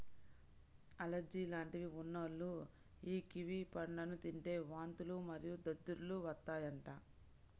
allergy లాంటివి ఉన్నోల్లు యీ కివి పండ్లను తింటే వాంతులు మరియు దద్దుర్లు వత్తాయంట